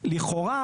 לכאורה,